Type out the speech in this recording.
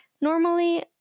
normally